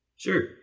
Sure